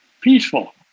peaceful